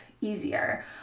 easier